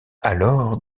alors